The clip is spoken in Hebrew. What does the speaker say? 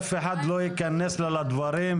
דירה ולהשכיר לסטודנטים?